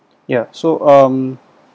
ya so um